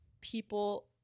people